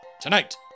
Tonight